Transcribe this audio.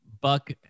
Buck